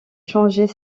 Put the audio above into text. changer